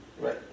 right